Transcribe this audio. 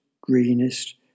greenest